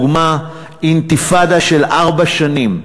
אינתיפאדה של ארבע שנים,